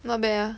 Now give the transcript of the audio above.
not bad ah